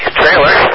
trailer